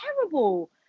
terrible